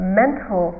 mental